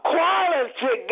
Quality